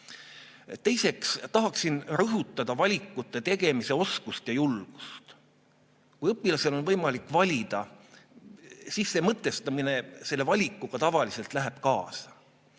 Teiseks tahaksin rõhutada valikute tegemise oskust ja julgust. Kui õpilasel on võimalik valida, siis see mõtestamine selle valikuga tavaliselt läheb kaasa.